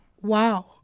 Wow